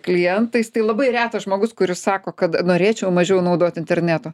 klientais tai labai retas žmogus kuris sako kad norėčiau mažiau naudot interneto